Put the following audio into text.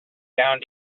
down